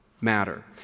matter